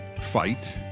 fight